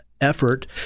effort